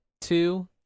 two